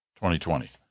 2020